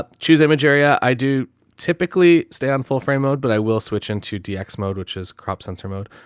ah choose the image area. i do typically stay on full frame mode, but i will switch into dex mode, which is crop sensor mode.